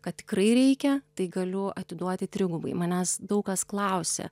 kad tikrai reikia tai galiu atiduoti trigubai manęs daug kas klausia